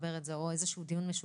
ונחבר את זה, או איזשהו דיון משולב.